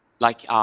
like.